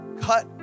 Cut